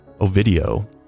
Ovidio